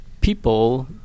people